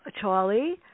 Charlie